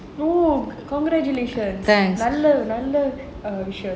oh congratulations நல்ல விஷயம்:nalla vishayam